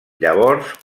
llavors